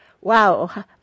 Wow